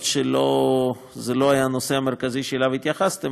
אף שזה לא היה הנושא המרכזי שאליו התייחסתם,